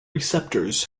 receptors